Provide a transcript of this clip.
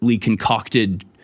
concocted